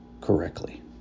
correctly